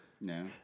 No